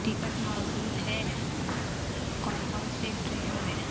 ticket موجود ہے کون کون سے ٹرین میں